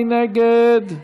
מי נגד?